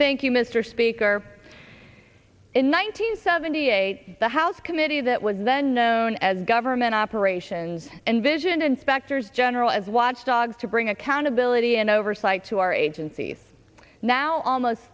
thank you mr speaker in one thousand seventy eight the house committee that was then known as government operations and vision inspectors general as watchdogs to bring accountability and oversight to our agencies now almost